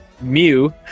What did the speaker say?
Mew